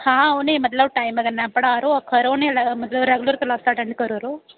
हां उ'नें मतलब टाइम कन्नै पढ़ा'रो करो उ'नें मतलब रेगुलर क्लासां अटेंड करै'रो